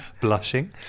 Blushing